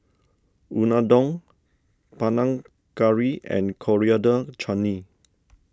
Unadon Panang Curry and Coriander Chutney